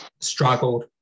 struggled